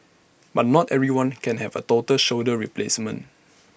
but not everyone can have A total shoulder replacement